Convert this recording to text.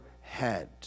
head